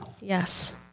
yes